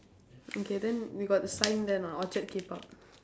okay then you got the sign there or not orchard Kpop